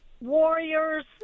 warriors